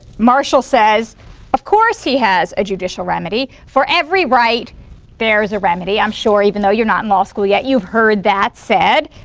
marshall says of course he has a judicial remedy. for every right there's a remedy. i'm sure even though you're not in law school yet you've heard that said.